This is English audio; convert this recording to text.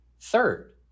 Third